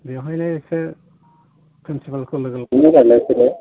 बेवहायनो इसे प्रिन्सिपालखौ लोगो हमनो हागोन